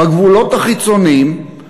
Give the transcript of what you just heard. בגבולות החיצוניים,